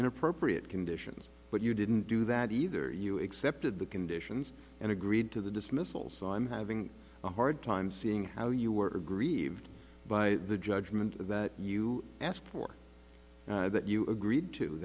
in appropriate conditions but you didn't do that either you accepted the conditions and agreed to the dismissal so i'm having a hard time seeing how you were aggrieved by the judgment that you asked for that you agreed to